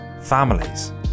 families